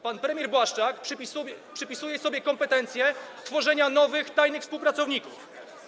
Pan premier Błaszczak przypisuje sobie kompetencje tworzenia nowych tajnych współpracowników.